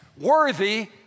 worthy